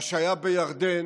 מה שהיה בירדן